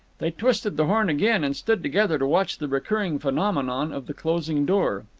they twisted the horn again, and stood together to watch the recurring phenomenon of the closing door.